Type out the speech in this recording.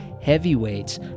heavyweights